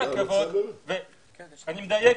חביב, נראה לי שאני מדייק,